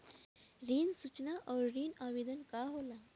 ऋण सूचना और ऋण आवेदन का होला?